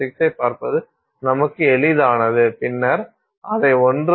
6 ஐப் பார்ப்பது நமக்கு எளிதானது பின்னர் அதை ஒன்று வரை கீழே வைப்போம்